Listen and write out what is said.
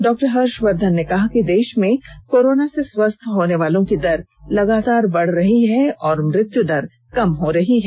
डॉ हर्षवर्धन ने कहा कि देश में कोरोना से स्वस्थ होने वालों की दर लगातार बढ़ रही है और मृत्युदर कम हो रही है